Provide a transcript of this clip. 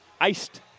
iced